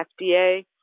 FDA